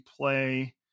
play